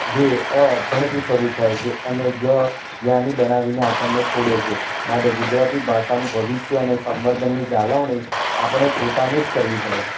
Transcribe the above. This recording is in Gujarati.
જે અ અભણથી શરૂ થાય છે અને જ્ઞ જ્ઞાની બનાવીને આપણને છોડે છે માટે ગુજરાતી ભાષાનું ભવિષ્ય અને સંવર્ધનની જાળવણી આપણે પોતાને જ કરવી પડે